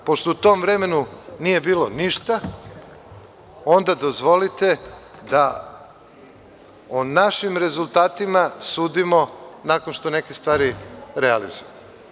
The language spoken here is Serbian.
Pošto u tom vremenu nije bilo ništa, onda dozvolite da o našim rezultatima sudimo nakon što neke stvari realizujemo.